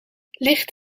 licht